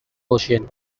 ocean